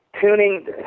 tuning